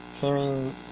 hearing